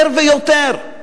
יותר ויותר.